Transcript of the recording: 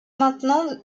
maintenant